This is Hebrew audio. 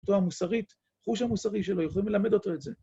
...תו המוסרית, החוש המוסרי שלו, יכולים ללמד אותו את זה.